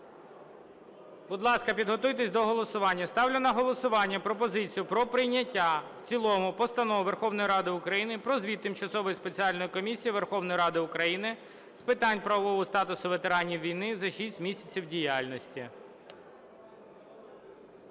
Будь ласка, підготуйтесь до голосування. Ставлю на голосування пропозицію про прийняття в цілому Постанови Верховної Ради України "Про звіт Тимчасової спеціальної комісії Верховної Ради України з питань правового статусу ветеранів війни за шість місяців діяльності"